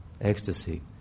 ecstasy